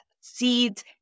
seeds